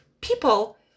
people